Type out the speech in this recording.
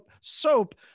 soap